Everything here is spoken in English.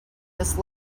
this